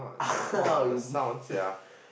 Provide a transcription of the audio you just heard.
uh you